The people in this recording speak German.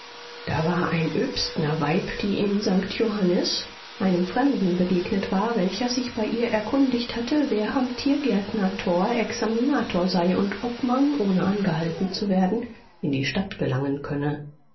da war ein öbstnerweib die in sankt johannis einem fremden begegnet war welcher sich bei ihr erkundigt hatte wer am tiergärtner tor examinator sei und ob man ohne angehalten zu werden in die stadt gelangen könne